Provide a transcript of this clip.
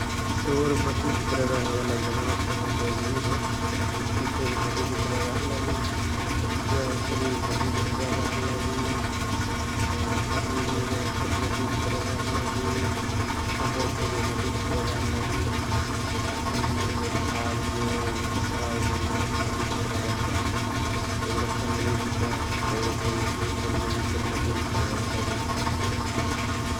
तोर मटिया भितरअ रहे वाला सबह त एबे उहे बिछिया फेरी मटिया भितरा रहलहि, किचुवा वा फेरी मटिया भितरा रहलही । हसे खजुर फेरी मटिया भितरा रहलहि, सपवा फेरी मटिया भितरा रहलही । हसे उ तोर छणके कखरावा भेल फेरी मटिया भितरा रहलही । एगुणा सनगोही कहके पवेसइ उ सनगोहिया फेरी मटिया भितरा रहलही ।